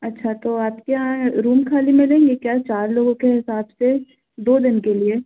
अच्छा तो आपके यहाँ रूम खाली मिलेंगे क्या चार लोगों के हिसाब से दो दिन के लिए